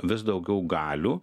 vis daugiau galių